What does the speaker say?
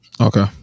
Okay